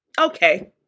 Okay